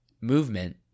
movement